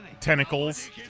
tentacles